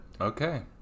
Okay